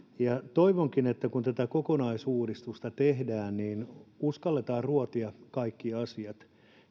toivonkin että kun tätä kokonaisuudistusta tehdään uskalletaan ruotia kaikki asiat